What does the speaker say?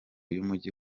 y’umujyi